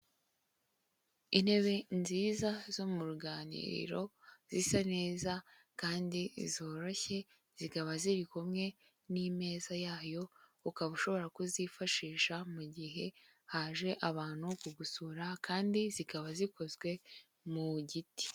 Intebe nziza zo mu ruganiriro zisa neza kandi zoroshye, zikaba ziri kumwe n'imeza yayo, ukaba ushobora kuzifashisha mu gihe haje abantu kugusura kandi zikaba zikozwe mu giti.